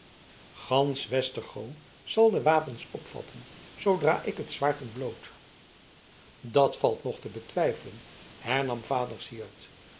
gansch westergoo zal de wapens opvatten zoodra ik het zwaard ontbloot dat valt nog te betwijfelen hernam vader syard